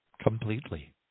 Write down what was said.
completely